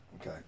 Okay